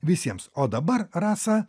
visiems o dabar rasa